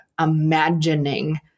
imagining